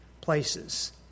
places